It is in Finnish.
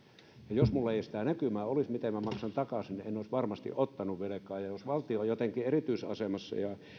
jos minulla ei olisi sitä näkymää miten minä maksan takaisin niin en olisi varmasti ottanut velkaa ja jos valtio on jotenkin erityisasemassa